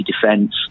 defence